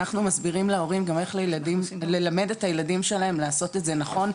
אנחנו גם מסבירים להורים על איך ללמד את הילדים שלהם לעשות את זה נכון,